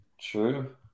True